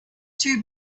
too